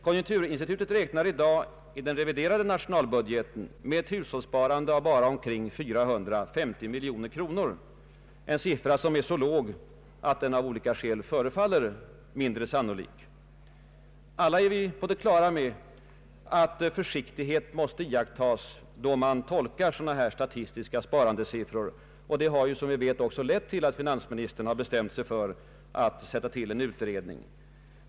Konjunkturinstitutet räknar i dag i den reviderade nationalbudgeten med ett hushållssparande av bara omkring 450 miljoner kronor, en siffra som är så låg att den av olika skäl förefaller mindre sannolik. Alla är vi på det klara med att försiktighet måste iakttas då man tolkar dylika statistiska sparandesiffror, och det har också lett till att finansministern bestämt sig för att tillsätta en utredning.